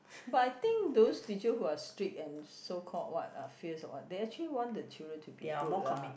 but I think those teacher who are strict and so called what uh fierce or what they actually want the children to be good lah